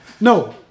No